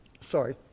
Sorry